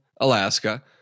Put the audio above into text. Alaska